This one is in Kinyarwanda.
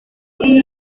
iyi